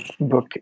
book